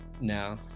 no